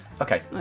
okay